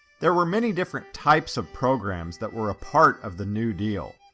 there were many different types of programs that were a part of the new deal.